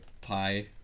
pie